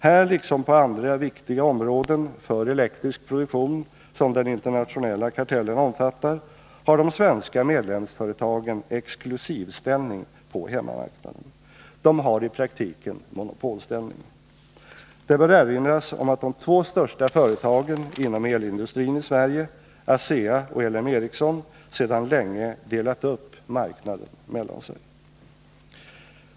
Här, liksom på de andra viktiga områden för elektrisk produktion, som den internationella kartellen omfattar, har de svenska medlemsföretagen exklusivställning på hemmamarknaden. De har i praktiken monopolställning. Det bör erinras om att de två största företagen inom elindustrin i Sverige, ASEA och LM Ericsson, sedan länge delat upp marknaden mellan sig.